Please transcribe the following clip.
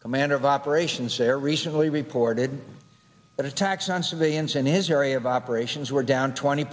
commander of operations there recently reported that attacks on civilians in his area of operations were down twenty